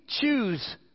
choose